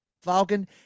falcon